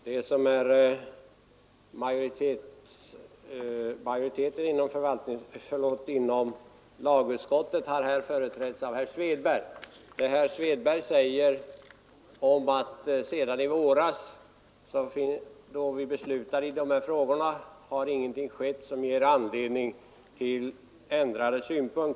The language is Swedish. Herr talman! Majoriteten inom lagutskottet har här företrätts av herr Svanberg. Han säger att ingenting har skett som ger anledning att ändra ståndpunkt sedan vi beslutade i dessa frågor i våras.